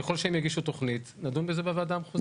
ככל שהם יגישו תוכנית נדון בזה בוועדה המחוזית.